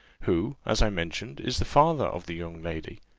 who, as i mentioned, is the father of the young lady.